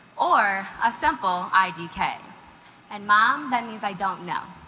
or a simple idk and mom that means i don't know